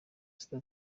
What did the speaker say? sita